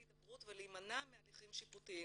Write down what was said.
הידברות ולהימנע מהליכים שיפוטיים,